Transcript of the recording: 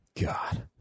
God